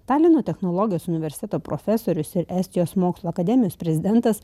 talino technologijos universiteto profesorius ir estijos mokslų akademijos prezidentas